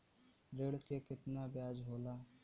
ऋण के कितना ब्याज होला?